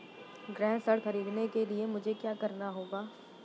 गृह ऋण ख़रीदने के लिए मुझे क्या करना होगा?